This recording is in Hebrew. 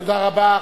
תודה רבה.